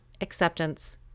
acceptance